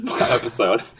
episode